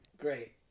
Great